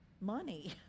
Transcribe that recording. money